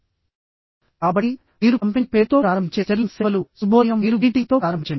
కాబట్టి మీరు కంపెనీ పేరుతో ప్రారంభించే స్టెర్లింగ్ సేవలు శుభోదయం మీరు గ్రీటింగ్తో ప్రారంభించండి